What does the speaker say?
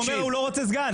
הוא אומר שהוא לא רוצה סגן.